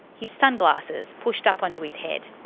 his sunglasses pushed up onto his head.